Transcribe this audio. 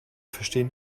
verstehen